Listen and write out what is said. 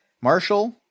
Marshall